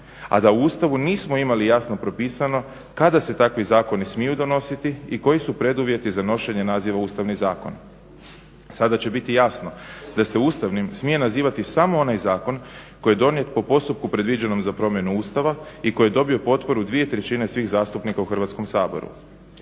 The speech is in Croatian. a da u Ustavu nismo imali jasno propisano kada se takvi zakoni smiju donositi i koji su preduvjeti za nošenje naziva ustavni zakon. Sada će biti jasno da se ustavnim smije nazivati samo onaj zakon koji je donijet po postupku predviđenom za promjenu Ustava i koji je dobio potporu 2/3 svih zastupnika u Hrvatskom saboru.